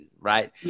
right